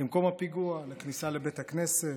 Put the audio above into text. למקום הפיגוע, לכניסה לבית הכנסת.